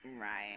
right